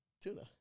Tuna